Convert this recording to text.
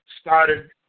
started